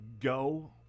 go